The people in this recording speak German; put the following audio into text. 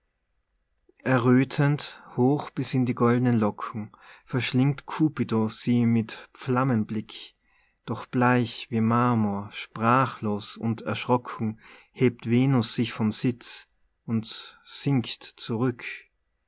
erröthend hoch bis in die goldnen locken verschlingt cupido sie mit flammenblick doch bleich wie marmor sprachlos und erschrocken hebt venus sich vom sitz und sinkt zurück